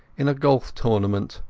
in a golf tournament.